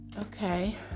okay